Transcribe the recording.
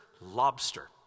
lobster